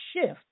shift